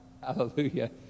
Hallelujah